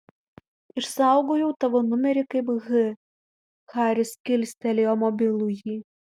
išsaugojau tavo numerį kaip h haris kilstelėjo mobilųjį